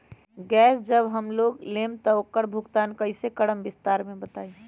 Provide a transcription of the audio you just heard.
Gas जब हम लोग लेम त उकर भुगतान कइसे करम विस्तार मे बताई?